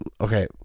okay